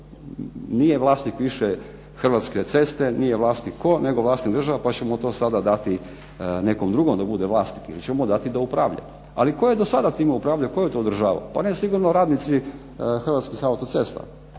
nije vlasnik više Hrvatske ceste, nije vlasnik tko, nego vlasnik država pa ćemo to dati nekome drugome da upravlja, ali tko je do sada time upravljao, to je to održavao, pa ne sigurno radnici Hrvatski autocesta,